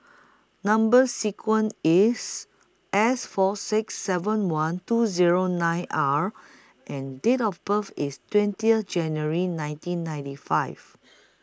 Number sequence IS S four six seven one two Zero nine R and Date of birth IS twentieth January nineteen ninety five